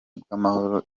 bw’amahoro